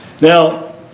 Now